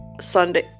sunday